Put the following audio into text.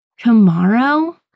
Tomorrow